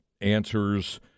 answers